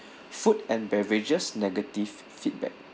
food and beverages negative feedback